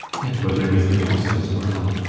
and about everything else as well.